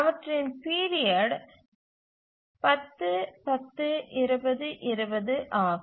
அவற்றின் பீரியட் 10 10 20 20 ஆகும்